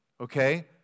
Okay